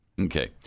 Okay